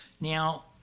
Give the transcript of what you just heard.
Now